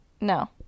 No